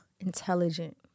intelligent